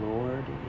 Lord